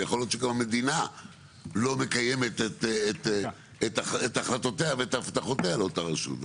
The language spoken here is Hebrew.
יכול להיות שגם המדינה לא מקיימת את החלטותיה ואת הבטחותיה לאותה רשות.